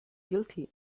guilty